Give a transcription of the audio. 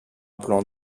plan